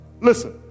listen